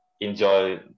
enjoy